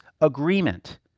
agreement